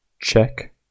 Check